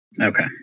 Okay